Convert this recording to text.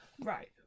right